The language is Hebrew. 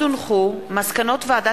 27 בעד,